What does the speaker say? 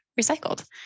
recycled